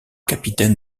capitaine